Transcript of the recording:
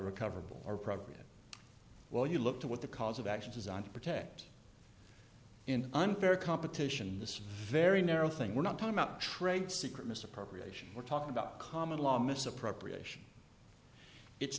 recoverable or private well you look to what the cause of action designed to protect in unfair competition this very narrow thing we're not talking about trade secret misappropriation we're talking about common law misappropriation it's